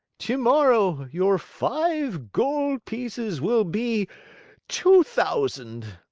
tomorrow your five gold pieces will be two thousand!